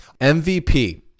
MVP